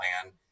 plan